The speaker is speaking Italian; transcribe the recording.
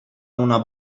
una